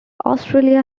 australia